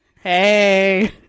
Hey